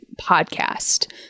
podcast